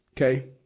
Okay